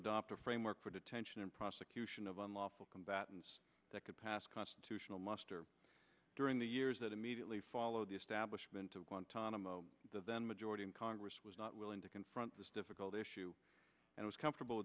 adopt a framework for detention and prosecution of unlawful combatants that could pass constitutional muster during the years that immediately followed the establishment of guantanamo then majority in congress was not willing to confront this difficult issue and was comfortable